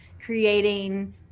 creating